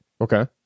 Okay